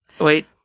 Wait